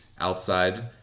outside